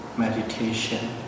Meditation